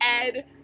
Ed